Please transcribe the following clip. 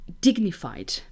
dignified